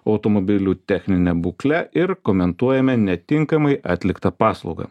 automobilių technine būkle ir komentuojame netinkamai atliktą paslaugą